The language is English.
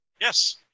Yes